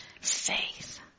faith